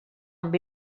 amb